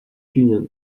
union